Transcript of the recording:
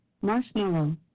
marshmallow